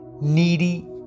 needy